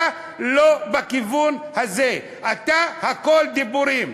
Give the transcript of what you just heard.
אתה לא בכיוון הזה, אתה הכול דיבורים.